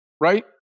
right